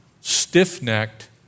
stiff-necked